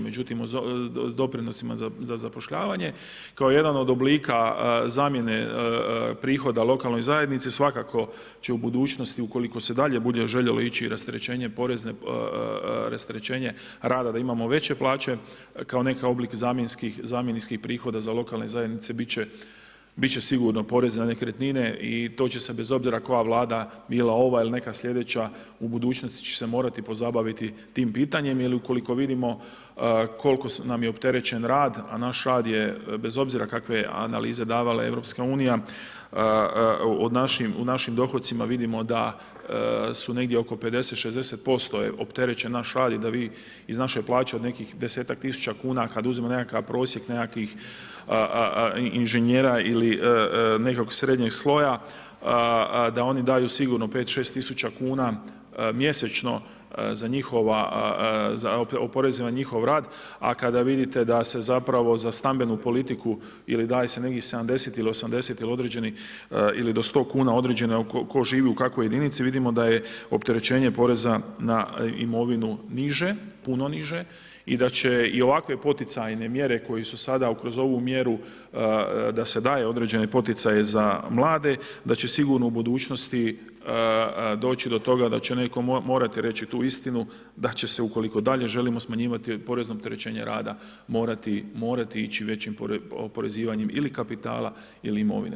Međutim, doprinosima za zapošljavanje kao jedan od oblika zamjene prihoda lokalnoj zajednici svakako će u budućnosti ukoliko se dalje bude željelo ići rasterećenje rada da imamo veće plaće, kao neki oblik zamjenskih prihoda za lokalne zajednice biti će sigurno porez na nekretnine i to će se bez obzira koja Vlada bila, ova ili neka slijedeća u budućnosti će se morati pozabaviti tim pitanjem jer ukoliko vidimo koliko nam je opterećen rad, a naš rad je bez obzira kakve analize davala EU u našim dohotcima vidimo da su negdje oko 50-60% je opterećen naš rad i da vi iz naše plaće od nekih desetak tisuća kuna kad uzmemo nekakav prosjek nekakvih inženjera ili nekog srednjeg sloja, da oni daju sigurno 5-6 tisuća kuna mjesečno za njihova za poreze na njihov rad, a kada vidite da se zapravo za stambenu politiku ili daje se negdje 70 ili 80 ili određeni ili do 100 kuna određeno tko živi u kakvoj jedinici, vidimo da je opterećenje poreza na imovinu niže, puno niže i da će i ovakve poticajne mjere koje su sada kroz ovu mjeru da se daje određene poticaje za mlade, da će sigurno u budućnosti doći do toga da će netko morati reći tu istinu da će se ukoliko dalje želimo smanjivati porezno opterećenje rada morati ići većim oporezivanjem ili kapitala ili imovine.